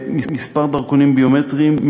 מספר הדרכונים הביומטריים,